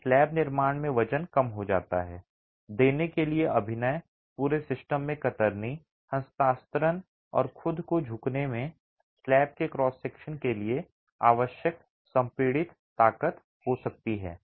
तो स्लैब निर्माण में वजन कम हो जाता है देने के लिए अभिनय पूरे सिस्टम में कतरनी हस्तांतरण और खुद को झुकने में स्लैब के क्रॉस सेक्शन के लिए आवश्यक संपीड़ित ताकत हो सकती है